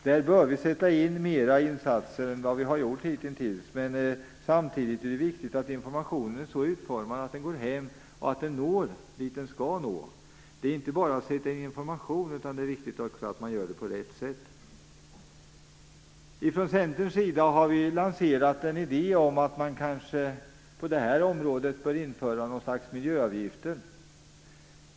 Där bör vi sätta in mera insatser än vad vi har gjort hitintills, men samtidigt är det viktigt att informationen är så utformad att den går hem och att den når dit den skall nå. Det är inte bara att sätta in information, utan det är också viktigt att göra det på rätt sätt. Från Centerns sida har vi lanserat en idé om att införa något slags miljöavgifter på det här området.